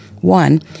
One